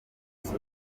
nzu